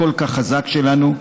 הכל-כך חזק שלנו,